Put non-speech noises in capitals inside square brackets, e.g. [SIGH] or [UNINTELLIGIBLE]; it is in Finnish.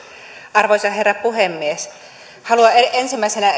arvoisa herra puhemies haluan ensimmäisenä [UNINTELLIGIBLE]